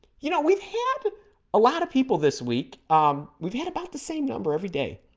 you know we've had a lot of people this week um we've had about the same number every day